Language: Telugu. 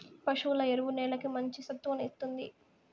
పశువుల ఎరువు నేలకి మంచి సత్తువను ఇస్తుంది